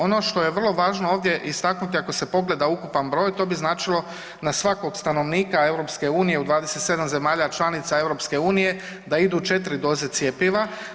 Ono što je vrlo važno ovdje istaknuti ako se pogleda ukupan broj to bi značilo na svakog stanovnika EU u 27 zemalja članica EU da idu 4 doze cjepiva.